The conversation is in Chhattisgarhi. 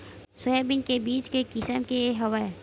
सोयाबीन के बीज के किसम के हवय?